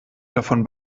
davon